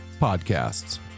podcasts